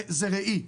זה ראי.